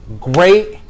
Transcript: great